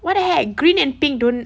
what the heck green and pink don't